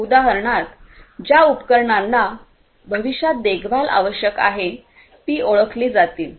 उदाहरणार्थ ज्या उपकरणांना भविष्यात देखभाल आवश्यक आहे ती ओळखली जातील